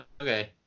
Okay